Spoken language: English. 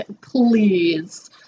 Please